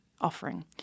offering